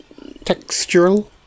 textural